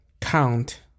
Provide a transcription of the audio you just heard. count